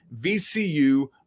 VCU